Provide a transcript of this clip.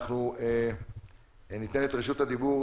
אנחנו ניתן את רשות הדיבור,